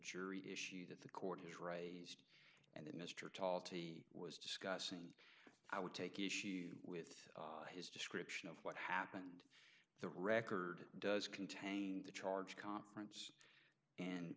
jury issue that the court has raised mr tall to he was discussing i would take issue with his description of what happened the record does contain the charge conference and